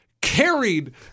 carried